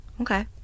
Okay